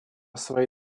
свои